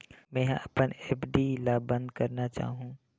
मेंहा अपन एफ.डी ला बंद करना चाहहु